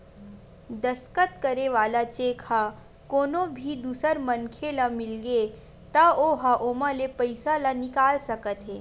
दस्कत करे वाला चेक ह कोनो भी दूसर मनखे ल मिलगे त ओ ह ओमा ले पइसा ल निकाल सकत हे